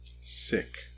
Sick